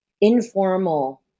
informal